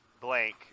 blank